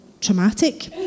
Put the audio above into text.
traumatic